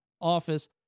office